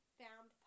found